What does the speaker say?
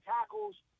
tackles